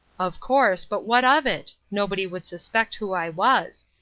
of course, but what of it? nobody would suspect who i was.